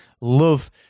love